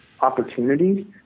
opportunities